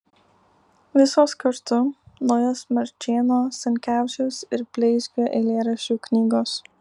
visos kartu naujos marčėno stankevičiaus ir bleizgio eilėraščių knygos